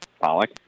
Pollock